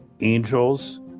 angels